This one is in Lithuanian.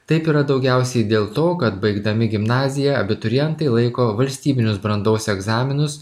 taip yra daugiausiai dėl to kad baigdami gimnaziją abiturientai laiko valstybinius brandos egzaminus